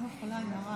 אני לא יכולה עם הרעש.